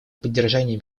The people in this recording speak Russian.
поддержания